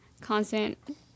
constant